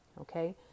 Okay